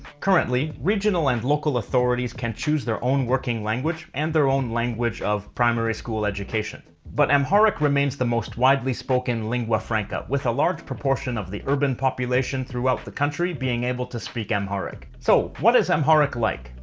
currently, regional and local authorities can choose their own working language, and their own language of primary school education. but amharic remains the most widely spoken lingua franca, with a large proportion of the urban population throughout the country being able to speak amharic. so what is amharic amharic like?